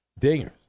dingers